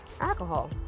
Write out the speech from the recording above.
alcohol